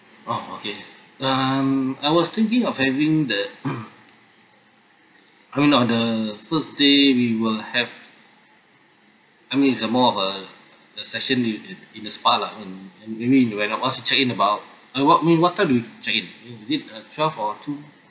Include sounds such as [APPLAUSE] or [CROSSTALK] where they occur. oh okay um I was thinking of having the [NOISE] I mean on the first day we will have I mean it's a more of a the session in in in the spa lah and and maybe in the once we check in about oh what what time do we check in is it twelve or two